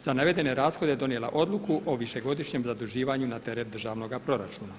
za navedene rashode donijela odluku o višegodišnjem zaduživanju na teret državnoga proračuna.